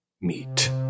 meet